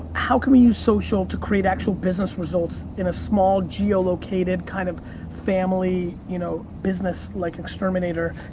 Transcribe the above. how can we use social to create actual business results in a small geo-located kind of family you know business, like exterminator?